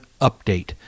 update